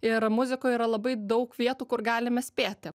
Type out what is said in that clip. ir muzikoj yra labai daug vietų kur galime spėti